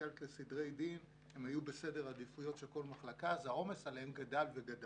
סוציאליות לסדרי דין היו בסדר עדיפויות של כל מחלקה והעומס עליהן גדל וגדל.